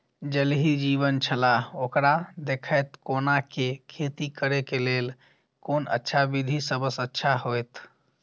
ज़ल ही जीवन छलाह ओकरा देखैत कोना के खेती करे के लेल कोन अच्छा विधि सबसँ अच्छा होयत?